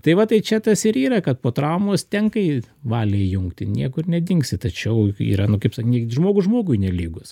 tai va tai čia tas ir yra kad po traumos tenka jį valią įjungti niekur nedingsi tačiau yra nu kaip sakyt žmogus žmogui nelygus